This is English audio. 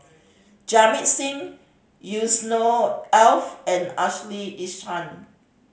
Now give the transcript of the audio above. Jamit Singh Yusnor Ef and Ashley Isham